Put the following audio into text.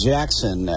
Jackson